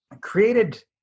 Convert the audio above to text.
created